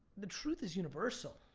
the truth is universal.